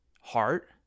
heart